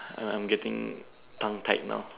uh I'm getting tongue tied now